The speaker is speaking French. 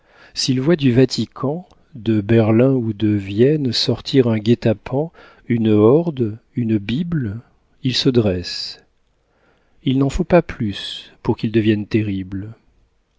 s'il voit du vatican de berlin ou de vienne sortir un guet-apens une horde une bible il se dresse il n'en faut pas plus pour qu'il devienne terrible